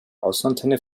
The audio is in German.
außenantenne